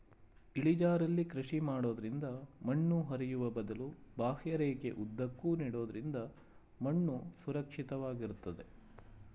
ಇಳಿಜಾರಲ್ಲಿ ಕೃಷಿ ಮಾಡೋದ್ರಿಂದ ಮಣ್ಣು ಹರಿಯುವ ಬದಲು ಬಾಹ್ಯರೇಖೆ ಉದ್ದಕ್ಕೂ ನೆಡೋದ್ರಿಂದ ಮಣ್ಣು ಸುರಕ್ಷಿತ ವಾಗಿರ್ತದೆ